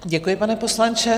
Děkuji, pane poslanče.